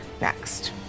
next